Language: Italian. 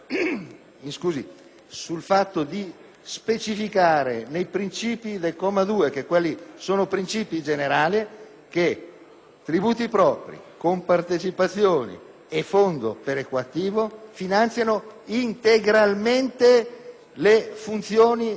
tributi propri, compartecipazioni e fondo perequativo finanziano integralmente le normali funzioni del Comune, cioè la stessa dicitura della Costituzione, senza specificare se riguardi quelle riferite alla lettera